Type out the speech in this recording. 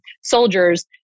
soldiers